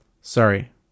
Sorry